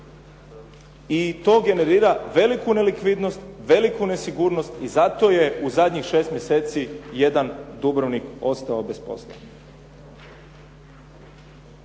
i to generira veliku nelikvidnost, veliku nesigurnost i zato je u zadnjih šest mjeseci jedan Dubrovnik ostao bez posla.